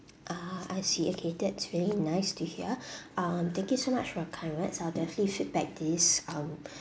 ah I see okay that's really nice to hear um thank you so much for your kind words I will definitely feedback these um